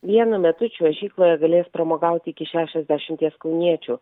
vienu metu čiuožykloje galės pramogauti iki šešiasdešimties kauniečių